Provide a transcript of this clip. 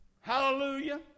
Hallelujah